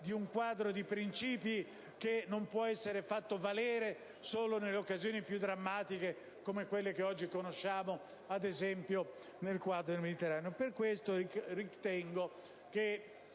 di un quadro di principi che non può essere fatto valere solo nelle occasioni più drammatiche come quelle che oggi si stanno verificando, ad esempio, nel quadro mediterraneo. Per questo motivo,